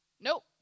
Nope